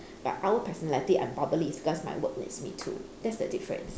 but outward personality I'm bubbly is because my work needs me to that's the difference